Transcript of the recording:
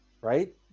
right